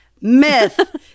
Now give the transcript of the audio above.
Myth